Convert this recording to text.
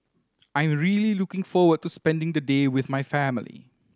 I'm really looking forward to spending the day with my family